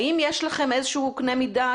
האם יש לכם קנה מידה,